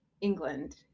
England